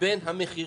בין המכירה.